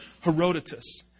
Herodotus